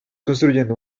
construyendo